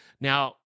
Now